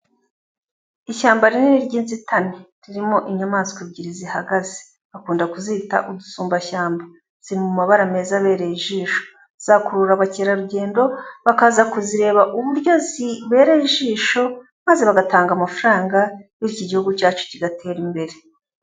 Ishyamba rinini ry'inzitane ririmo inyamaswa ebyiri zihagaze bakunda kuzita udusumbashyamba ziri mu mabara meza abereye ijisho, zakurura abakerarugendo bakaza kuzireba uburyo zibereye ijisho maze bagatanga amafaranga bityo igihugu cyacu kigatera imbere.